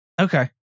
okay